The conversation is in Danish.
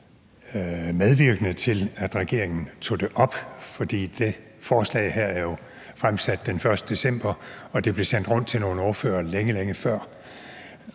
medvirkende til, at regeringen tog det op. For det her forslag er jo fremsat den 1. december, og det blev sendt rundt til nogle ordførere længe, længe før,